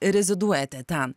reziduojate ten